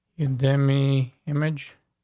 in demi image.